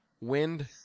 wind